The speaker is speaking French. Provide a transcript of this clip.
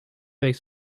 avec